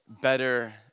better